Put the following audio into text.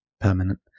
permanent